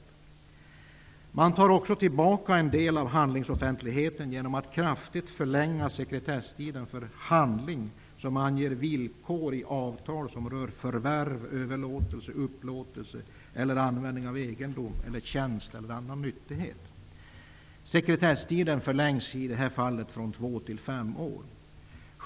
Man minskar också en del av handlinsoffentligheten genom att kraftigt förlänga sekretesstiden för handling som anger villkor i avtal som rör förvärv, överlåtelse, upplåtelse eller användning av egendom, tjänst eller annan nyttighet. Sekretesstiden förlängs i det här fallet från två till fem år.